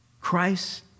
Christ